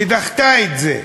ודחתה את זה.